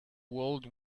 world